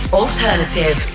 alternative